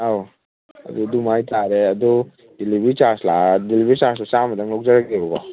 ꯑꯧ ꯑꯗꯨꯗꯨꯃꯥꯏꯅ ꯇꯥꯔꯦ ꯑꯗꯣ ꯗꯦꯂꯤꯚꯔꯤ ꯆꯥꯔꯖꯇꯣ ꯆꯥꯝꯃꯗꯪ ꯂꯧꯖꯔꯒꯦꯕꯀꯣ